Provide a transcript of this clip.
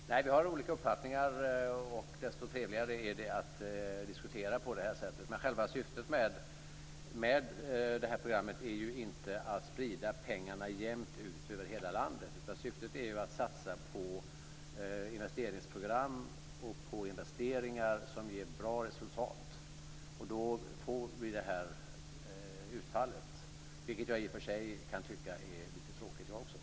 Fru talman! Vi har olika uppfattningar. Desto trevligare är det att diskutera på det här sättet. Själva syftet med programmet är inte att sprida pengarna jämnt ut över hela landet. Syftet är att satsa på investeringsprogram och investeringar som ger bra resultat. Då blir detta utfallet, vilket jag i och för sig kan tycka är lite tråkigt.